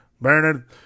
Bernard